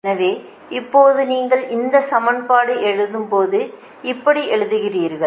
எனவே இப்போது நீங்கள் இந்த சமன்பாடு எழுதும்போது இப்படி எழுதுகிறீர்கள்